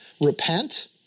Repent